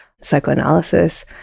psychoanalysis